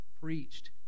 preached